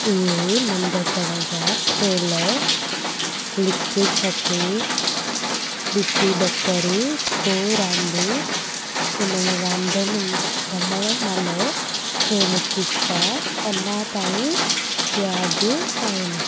उहे नंढिपण जा खेल लिके छप डिटी डकर खो रांधि हुन में रांधियुनि रमण महिल थियलु किसा अञा ताईं यादि आहिनि